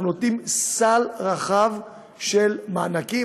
אנחנו נותנים סל רחב של מענקים,